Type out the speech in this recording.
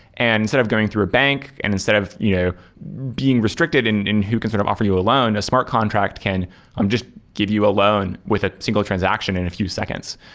and instead of going through a bank and instead of you know being restricted and who can sort of offer you a loan, a smart contract can um just give you a loan with a single transaction in a few seconds.